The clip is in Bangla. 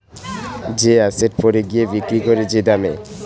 যে এসেট পরে গিয়ে বিক্রি করে যে দামে